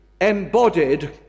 Embodied